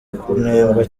kunengwa